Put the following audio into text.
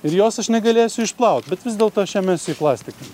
ir jos aš negalėsiu išplaut bet vis dėlto aš ją mesiu į plastiką